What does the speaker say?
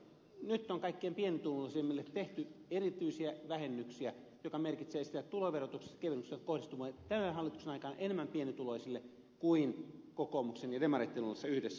nyt on kaikkein pienituloisimmille tehty erityisiä vähennyksiä mikä merkitsee sitä että tuloverotuksessa kevennykset ovat kohdistuneet tämän hallituksen aikana enemmän pienituloisille kuin kokoomuksen ja demareitten ollessa yhdessä hallituksessa